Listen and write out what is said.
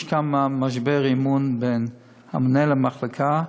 יש בה משבר אמון בין מנהל המחלקה,